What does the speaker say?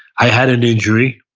i had an injury.